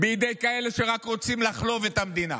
בידי כאלה שרק רוצים לחלוב את המדינה.